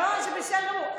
לא, זה בסדר גמור.